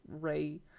Ray